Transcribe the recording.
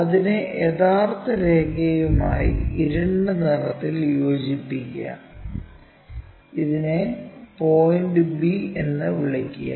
അതിനെ യഥാർത്ഥ രേഖയുമായി ഇരുണ്ട നിറത്തിൽ യോജിപ്പിക്കുക ഇതിനെ പോയിന്റ് b എന്ന് വിളിക്കുക